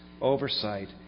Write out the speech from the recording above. oversight